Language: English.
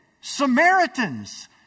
Samaritans